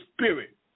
spirit